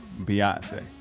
Beyonce